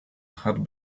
had